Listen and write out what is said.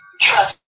Trust